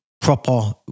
proper